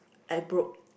I broke